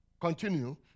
Continue